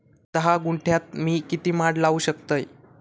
धा गुंठयात मी किती माड लावू शकतय?